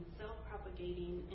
self-propagating